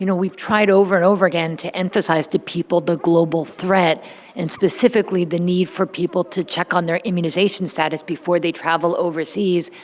you know we've tried over and over again to emphasize to people the global threat and specifically the need for people to check on their immunization status before they travel overseas.